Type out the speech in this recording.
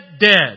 dead